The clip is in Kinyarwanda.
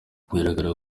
bigaragara